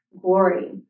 glory